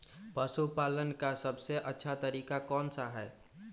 पशु पालन का सबसे अच्छा तरीका कौन सा हैँ?